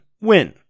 win